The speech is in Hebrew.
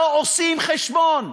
לא עושים חשבון.